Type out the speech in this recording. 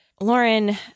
Lauren